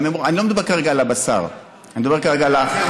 אני לא מדבר כרגע על הבשר, אני מדבר כרגע על החלב.